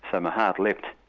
um heart leaped,